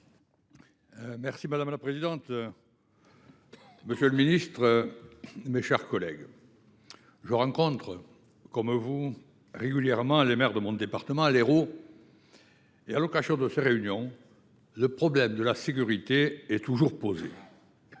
Bilhac. Madame la présidente, monsieur le ministre, mes chers collègues, je rencontre, comme vous, régulièrement les maires de mon département, l’Hérault. Lors de ces réunions, le problème de la sécurité est toujours posé.